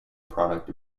product